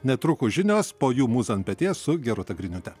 netrukus žinios po jų mūza ant peties su gerūta griniūte